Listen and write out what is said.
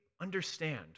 Understand